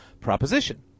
proposition